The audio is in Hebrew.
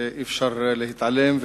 ואי-אפשר להתעלם,